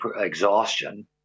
exhaustion